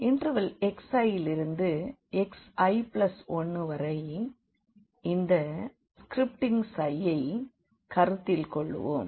interval xi விலிருந்து xi1வரை இந்த i ஐ கருத்தில் கொள்வோம்